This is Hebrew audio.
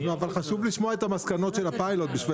חשוב לשמוע את המסקנות של הפיילוט בשביל